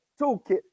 toolkit